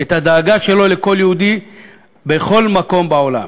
את הדאגה שלו לכל יהודי בכל מקום בעולם.